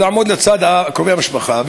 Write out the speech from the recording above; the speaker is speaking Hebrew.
ולעמוד לצד קרובי המשפחה,